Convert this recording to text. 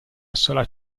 città